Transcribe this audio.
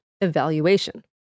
evaluation